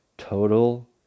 Total